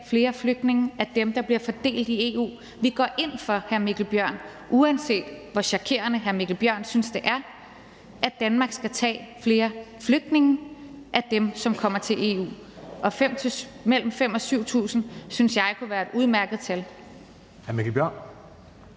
af de flygtninge, der bliver fordelt EU. Vi går ind for, hr. Mikkel Bjørn – uanset hvor chokerende hr. Mikkel Bjørn synes, det er – at Danmark skal tage flere af de flygtninge, som kommer til EU. Og mellem 5.000 og 7.000 synes jeg kunne være et udmærket tal.